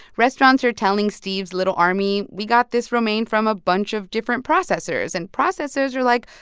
restaurants are telling steve's little army, we got this romaine from a bunch of different processors. and processors were like,